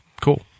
Cool